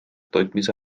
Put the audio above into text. toitmise